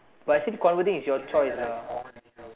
but I see converting is your choice ah